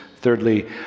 Thirdly